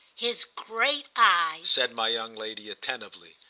his great eyes, said my young lady attentively.